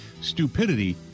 stupidity